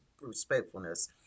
respectfulness